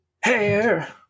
Hair